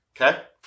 Okay